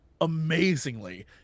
amazingly